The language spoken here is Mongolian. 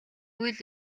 үйл